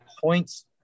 points